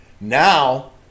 Now